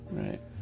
right